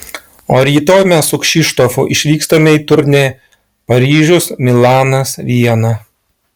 o rytoj mes su kšištofu išvykstame į turnė paryžius milanas viena